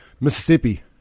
Mississippi